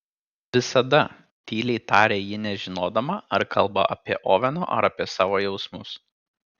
visada tyliai tarė ji nežinodama ar kalba apie oveno ar apie savo jausmus